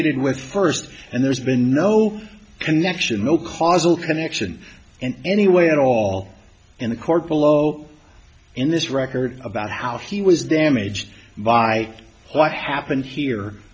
with first and there's been no connection no causal connection and any way at all in the court below in this record about how he was damaged by what happened here